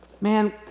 man